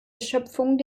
erschöpfung